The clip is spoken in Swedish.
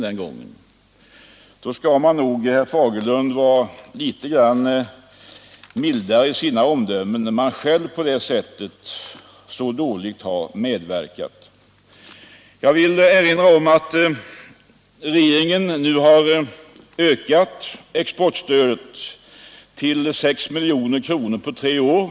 Under sådana förhållanden, när man själv medverkat så dåligt, skall man nog, herr Fagerlund, vara litet mildare i sina omdömen. Jag vill alltså erinra om att regeringen nu har ökat exportstödet till 6 miljoner på tre år.